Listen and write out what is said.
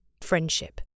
friendship